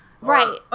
Right